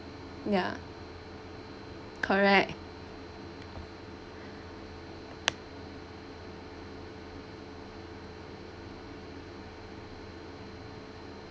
ya correct